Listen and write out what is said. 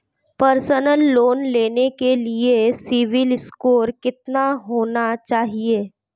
Personal loan लेने के लिए सिबिल स्कोर कितना होना चाहिए?